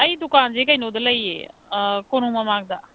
ꯑꯩ ꯗꯨꯀꯥꯟꯁꯦ ꯀꯩꯅꯣꯗ ꯂꯩꯌꯦ ꯀꯣꯅꯨꯡ ꯃꯃꯥꯡꯗ